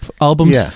albums